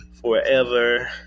forever